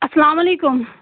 السلام علیکم